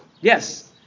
Yes